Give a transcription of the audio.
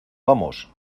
vamos